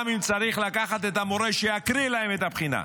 גם אם צריך לקחת את המורה שיקריא להם את הבחינה,